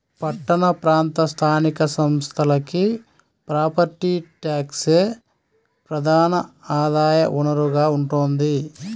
పట్టణ ప్రాంత స్థానిక సంస్థలకి ప్రాపర్టీ ట్యాక్సే ప్రధాన ఆదాయ వనరుగా ఉంటోంది